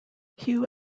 hugh